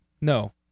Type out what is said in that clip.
no